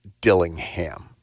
Dillingham